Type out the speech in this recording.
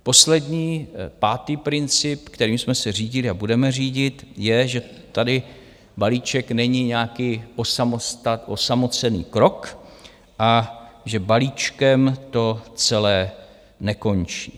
Poslední, pátý princip, kterým jsme se řídili a budeme řídit, je, že tady ten balíček není nějaký osamocený krok a že balíčkem to celé nekončí.